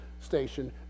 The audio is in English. station